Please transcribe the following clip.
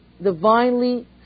divinely